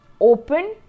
open